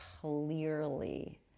clearly